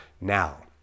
now